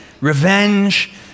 revenge